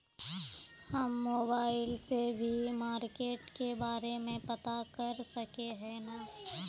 हम मोबाईल से भी मार्केट के बारे में पता कर सके है नय?